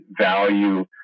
value